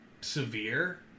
severe